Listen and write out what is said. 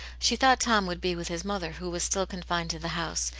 she thought tom would be with his mother, who was still confined to the house,